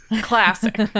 Classic